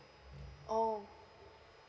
oh